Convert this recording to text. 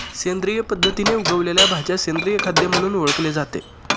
सेंद्रिय पद्धतीने उगवलेल्या भाज्या सेंद्रिय खाद्य म्हणून ओळखले जाते